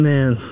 Man